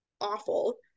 awful